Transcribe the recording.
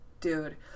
Dude